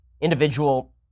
individual